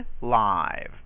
live